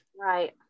Right